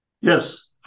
Yes